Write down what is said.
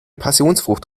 passionsfrucht